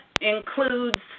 includes